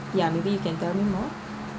yeah maybe you can tell me more